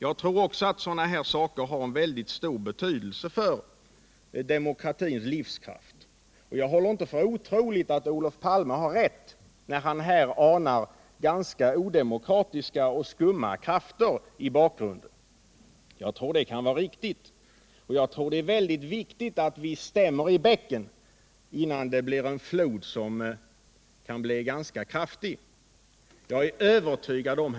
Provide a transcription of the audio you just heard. Jag tror också att sådana här frågor har en mycket stor betydelse för demokratins livskraft, och jag håller inte för otroligt att Olof Palme har rätt när han här anar ganska odemokratiska och skumma krafter i bakgrunden. Jag tror det kan vara riktigt. Och jag tror det är väldigt viktigt att stämma i bäcken innan vi får en flod som kan bli ganska kraftig. Men jag är övertygad om.